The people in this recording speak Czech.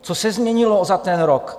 Co se změnilo za ten rok?